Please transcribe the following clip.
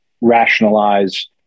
rationalize